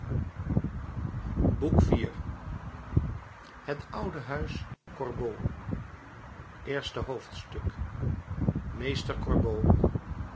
boek iv het oude huis gorbeau eerste hoofdstuk meester